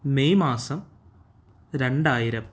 May മാസം രണ്ടായിരം